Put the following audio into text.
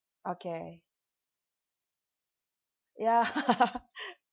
okay ya